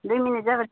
दुइ मिनिट जाबाय